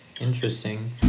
interesting